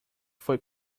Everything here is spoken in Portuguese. foi